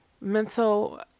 mental